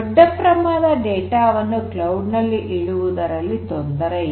ದೊಡ್ಡ ಪ್ರಮಾಣದ ಡೇಟಾ ವನ್ನು ಕ್ಲೌಡ್ ನಲ್ಲಿ ಇಡುವುದರಲ್ಲಿ ತೊಂದರೆ ಇಲ್ಲ